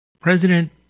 President